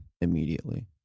immediately